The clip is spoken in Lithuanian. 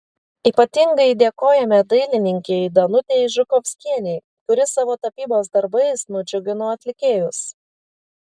ypatingai dėkojame dailininkei danutei žukovskienei kuri savo tapybos darbais nudžiugino atlikėjus